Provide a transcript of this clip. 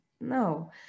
No